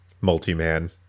multi-man